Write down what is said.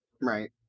Right